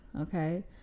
okay